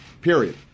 period